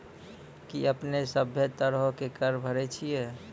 कि अपने सभ्भे तरहो के कर भरे छिये?